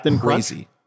crazy